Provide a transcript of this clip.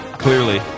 Clearly